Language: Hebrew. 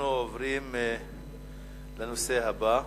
הנושא הבא: